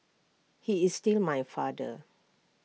he is still my father